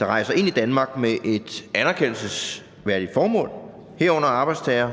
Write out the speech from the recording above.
der rejser ind i Danmark med et anerkendelsesværdigt formål, herunder arbejdstagere,